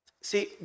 See